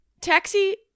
Taxi